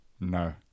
No